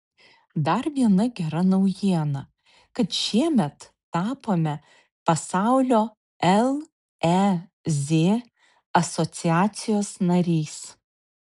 dar viena gera naujiena kad šiemet tapome pasaulio lez asociacijos nariais